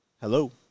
Hello